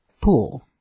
pool